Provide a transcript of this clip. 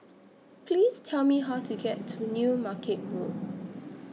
Please Tell Me How to get to New Market Road